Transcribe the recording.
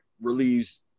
relieves